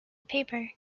paper